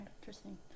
interesting